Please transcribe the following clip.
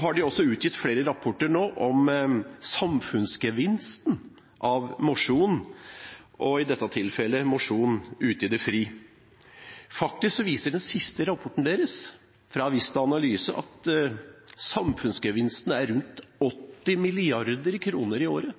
har de utgitt flere rapporter om samfunnsgevinsten av mosjon – og i dette tilfellet mosjon ute i det fri. Faktisk viste den siste rapporten deres, fra Vista Analyse, at samfunnsgevinsten er rundt 80 mrd. kr i året,